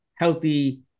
Healthy